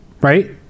right